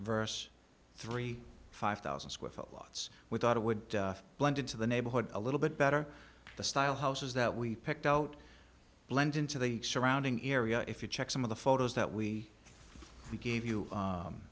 verse three five thousand square foot lots without it would blend into the neighborhood a little bit better the style houses that we picked out blend into the surrounding area if you check some of the photos that we gave